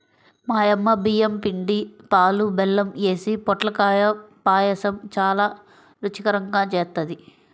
మా యమ్మ బియ్యం పిండి, పాలు, బెల్లం యేసి పొట్లకాయ పాయసం చానా రుచికరంగా జేత్తది